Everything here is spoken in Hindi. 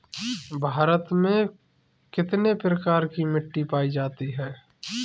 भारत में कितने प्रकार की मिट्टी पायी जाती है?